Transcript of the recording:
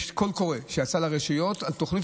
יש קול קורא שיצא לרשויות על תוכנית